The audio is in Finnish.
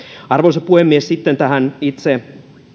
arvoisa puhemies sitten tähän itse